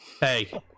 Hey